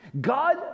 God